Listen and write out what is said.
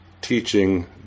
teaching